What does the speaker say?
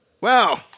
Wow